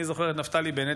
אני זוכר את נפתלי בנט,